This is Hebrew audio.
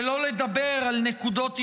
שלא לדבר על נקודות יציאה.